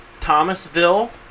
Thomasville